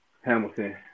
Hamilton